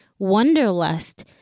wonderlust